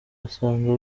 asanga